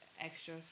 extra